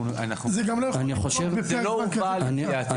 זה לא הובא לידיעתנו.